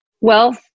wealth